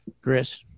Chris